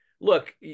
look